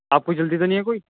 آپ کو جلدی تو نہیں ہے کوئی